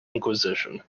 inquisition